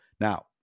now